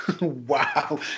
Wow